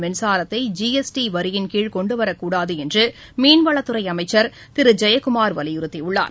மின்சாரத்தை ஜிஎஸ்டி வரியின் கீழ் கொண்டுவரக் கூடாது என்று மீன்வளத்துறை அமைச்சர் திரு ஜெயக்குமார் வலியுறுத்தியுள்ளார்